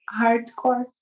Hardcore